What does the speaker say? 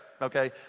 okay